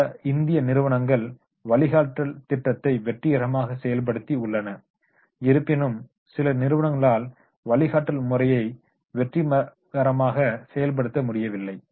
பல இந்திய நிறுவனங்கள் வழிகாட்டல் திட்டத்தை வெற்றிகரமாக செயல்படுத்தி உள்ளன இருப்பினும் சில நிறுவனங்களால் வழிகாட்டல் முறையை வெற்றிகரமாக செயல்படுத்த முடியவில்லை